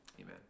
Amen